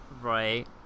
right